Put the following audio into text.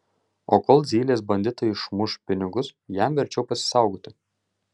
o kol zylės banditai išmuš pinigus jam verčiau pasisaugoti